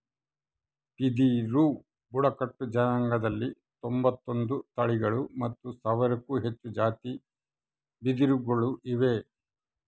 ಬಿದಿರು ಬುಡಕಟ್ಟು ಜನಾಂಗದಲ್ಲಿ ತೊಂಬತ್ತೊಂದು ತಳಿಗಳು ಮತ್ತು ಸಾವಿರಕ್ಕೂ ಹೆಚ್ಚು ಜಾತಿ ಬಿದಿರುಗಳು ಇವೆ